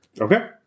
Okay